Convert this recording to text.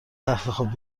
تختخواب